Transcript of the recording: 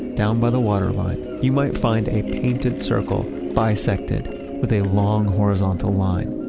down by the waterline, you might find a painted circle bisected with a long horizontal line.